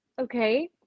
Okay